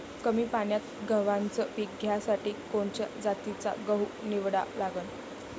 कमी पान्यात गव्हाचं पीक घ्यासाठी कोनच्या जातीचा गहू निवडा लागन?